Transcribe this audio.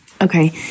okay